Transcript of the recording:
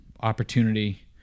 opportunity